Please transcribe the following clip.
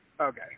Okay